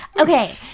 Okay